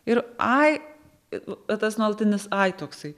ir ai va tas nuolatinis ai toksai